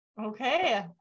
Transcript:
Okay